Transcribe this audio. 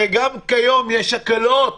הרי גם כיום יש הקלות